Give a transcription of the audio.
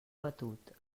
batut